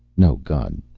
no gun.